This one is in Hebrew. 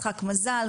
כמשחק מזל,